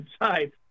inside